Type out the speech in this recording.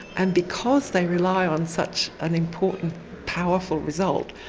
and because they rely on such an important powerful result,